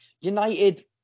United